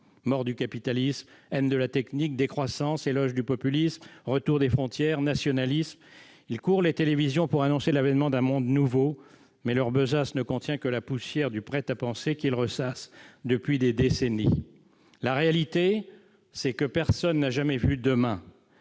mort du capitalisme, haine de la technique, décroissance, éloge du populisme, retour des frontières, nationalisme. Ils courent les télévisions pour annoncer l'avènement d'un monde nouveau, mais leur besace ne contient que la poussière du prêt-à-penser qu'ils ressassent depuis des décennies. La réalité, c'est que personne n'a jamais vu demain.